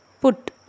put